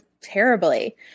terribly